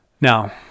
Now